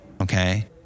okay